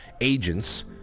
agents